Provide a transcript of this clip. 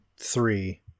three